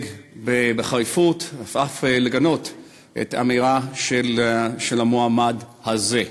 בחריפות ואף לגנות את האמירה של המועמד הזה.